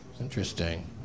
Interesting